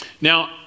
Now